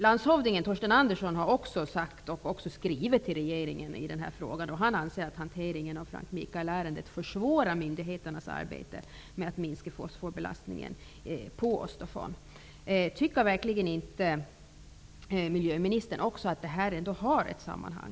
Landshövdingen, Thorsten Andersson, har skrivit till regeringen i den här frågan och framhållit att hanteringen av Frank Michael-ärendet försvårar myndigheternas arbete med att minska fosforbelastningen på Östersjön. Tycker verkligen inte miljöministern också att här ändå finns ett sammanhang?